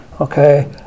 okay